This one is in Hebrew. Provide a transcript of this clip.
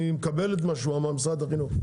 מקבל את מה שאמר נציג משרד החינוך,